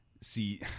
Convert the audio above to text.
see